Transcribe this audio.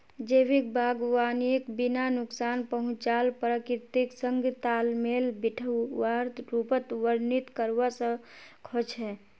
जैविक बागवानीक बिना नुकसान पहुंचाल प्रकृतिर संग तालमेल बिठव्वार रूपत वर्णित करवा स ख छ